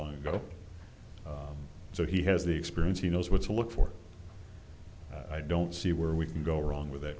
long ago so he has the experience he knows what's look for i don't see where we can go wrong with that